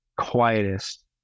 quietest